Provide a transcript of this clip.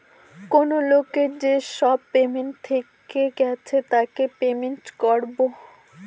কেনো লোকের যেসব পেমেন্ট থেকে গেছে তাকে পেমেন্ট করবো